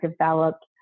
developed